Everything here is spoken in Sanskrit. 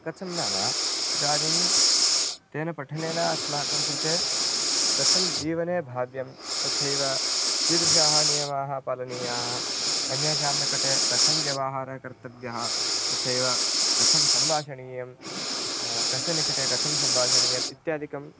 कथं नाम इदानीं तेन पठनेन अस्माकं कृते कथं जीवने भाव्यं तथैव कीदृशाः नियमाः पालनीयाः अन्येषां निकटे कथं व्यवहारः कर्तव्यः तथैव कथं सम्भाषणीयं कस्य निकटे कथं सम्भाषणीयम् इत्यादिकं